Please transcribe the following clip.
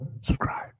Subscribe